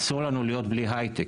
אסור לנו להיות בלי הייטק.